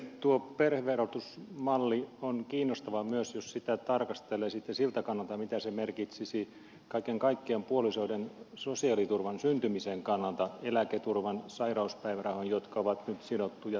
tuo perheverotusmalli on kiinnostava myös jos sitä tarkastelee sitten siltä kannalta mitä se merkitsisi kaiken kaikkiaan puolisoiden sosiaaliturvan syntymisen kannalta eläketurvan sairauspäivärahan jotka ovat nyt sidottuja työtuloihin tai ansiotuloihin